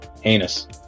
heinous